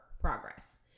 progress